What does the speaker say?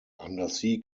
undersea